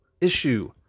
issue